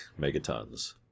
megatons